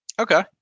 Okay